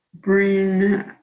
bring